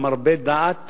מרבה דעת